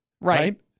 Right